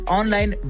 online